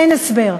אין הסבר,